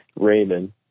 Raymond